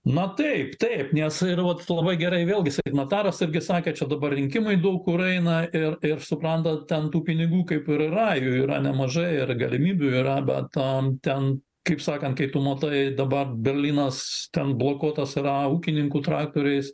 na taip taip nes ir vat tu labai gerai vėlgi signataras irgi sakė čia dabar rinkimai daug kur eina ir ir suprantat ten tų pinigų kaip ir yra jų yra nemažai ir galimybių yra bet tam ten kaip sakant kai tu matai dabar berlynas ten blokuotas yra ūkininkų traktoriais